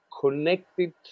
connected